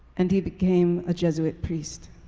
and he became a jesuit priest.